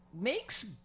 makes